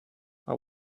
are